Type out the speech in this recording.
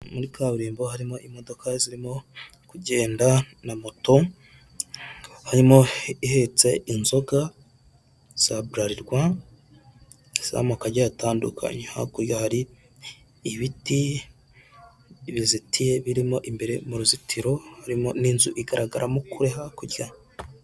Muri kaburimbo harimo imodoka zirimo kugenda na moto harimo ihetse inzoga za burarirwa z'amoko atandukanye. Hakurya hari ibiti bizitiye birimo imbere mu ruzitiro harimo n'inzu igaragaramo kure hakurya.